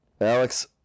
Alex